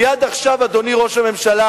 כי עד עכשיו, אדוני ראש הממשלה,